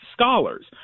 scholars